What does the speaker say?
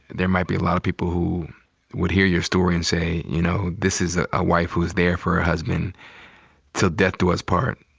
there might be a lotta people who would hear your story and say, you know, this is ah a wife who is there for her husband till death do us part.